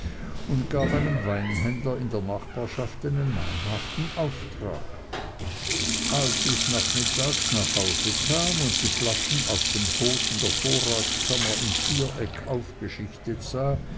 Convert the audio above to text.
und gab einem weinhändler in der nachbarschaft einen namhaften auftrag als ich nachmittags nach hause kam und die flaschen auf dem fußboden der vorratskammer im viereck aufgeschichtet sah